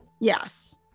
Yes